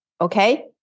okay